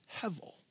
Hevel